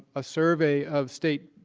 a survey of state